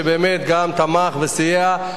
שגם תמך וסייע,